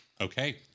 Okay